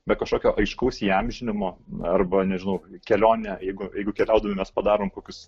be kažkokio aiškaus įamžinimo arba nežinau kelionę jeigu jeigu keliaudami mes padarome kokius